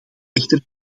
echter